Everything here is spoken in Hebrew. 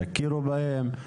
יכירו בהם?